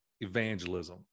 evangelism